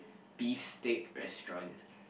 beef steak restaurant